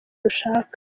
rushaka